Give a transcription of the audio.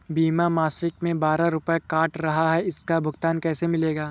बीमा मासिक में बारह रुपय काट रहा है इसका भुगतान कैसे मिलेगा?